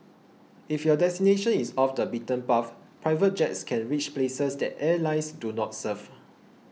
if your destination is off the beaten path private jets can reach places that airlines do not serve